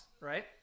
right